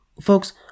folks